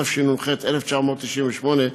התשנ"ח 1998,